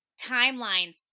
Timelines